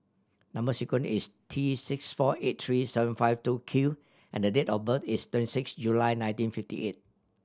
number sequence is T six four eight three seven five two Q and the date of birth is twenty six July nineteen fifty eight